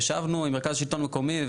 ישבנו עם מרכז שלטון מקומי.